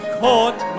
caught